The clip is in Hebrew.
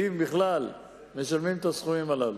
אם בכלל משלמים את הסכומים הללו.